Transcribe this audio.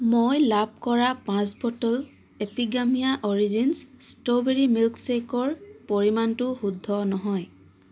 মই লাভ কৰা পাঁচ বটল এপিগামিয়া অৰিজিন্ছ ষ্ট্ৰবেৰী মিল্কশ্বেকৰ পৰিমাণটো শুদ্ধ নহয়